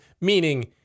meaning